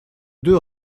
deux